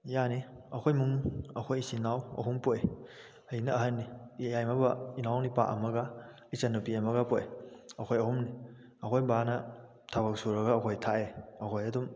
ꯌꯥꯅꯤ ꯑꯩꯈꯣꯏ ꯏꯃꯨꯡ ꯑꯩꯈꯣꯏ ꯏꯆꯤꯜꯅꯥꯎ ꯑꯍꯨꯝ ꯄꯣꯛꯏ ꯑꯩꯅ ꯑꯍꯟꯅꯤ ꯌꯥꯏꯃꯕ ꯏꯅꯥꯎꯅꯤꯄꯥ ꯑꯃꯒ ꯏꯆꯟꯅꯨꯄꯤ ꯑꯃꯒ ꯄꯣꯛꯏ ꯑꯩꯈꯣꯏ ꯑꯍꯨꯝꯅꯤ ꯑꯩꯈꯣꯏ ꯕꯥꯅ ꯊꯕꯛ ꯁꯨꯔꯒ ꯑꯩꯈꯣꯏ ꯊꯥꯛꯑꯦ ꯑꯩꯈꯣꯏ ꯑꯗꯨꯝ